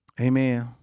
Amen